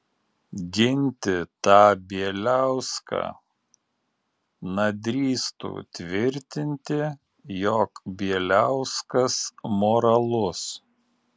ginti tą bieliauską na drįstų tvirtinti jog bieliauskas moralus